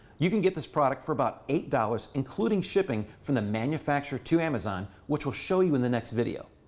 you can get this product for about eight dollars including shipping from the manufacturer to amazon which we'll show you in the next video.